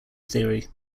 theory